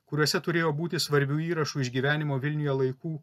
kuriuose turėjo būti svarbių įrašų iš gyvenimo vilniuje laikų